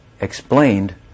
explained